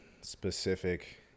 specific